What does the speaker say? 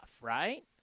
right